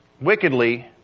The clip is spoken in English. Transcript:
wickedly